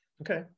okay